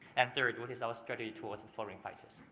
and third, what is our strategy towards the foreign fighters?